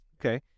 Okay